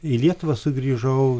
į lietuvą sugrįžau